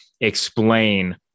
explain